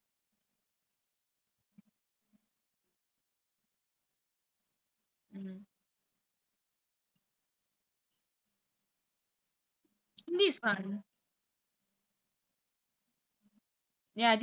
interversial cannot cannot நான் முதல்ல வந்து:naan muthalla vandhu err எதாச்சும்:ethaachum language பழகலாம்னு நினைச்சே:palagalaamnu ninaichae like maybe hindi french அந்த மாதிரி:antha maathiri but I cannot take so ya you taking hindi is it